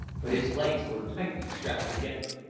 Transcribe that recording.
but his legs were tightly strapped together.